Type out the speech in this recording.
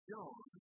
John